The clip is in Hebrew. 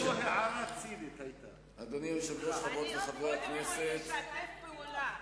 לשתף פעולה.